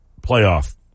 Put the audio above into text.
playoff